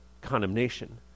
condemnation